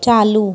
चालू